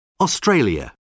Australia